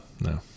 no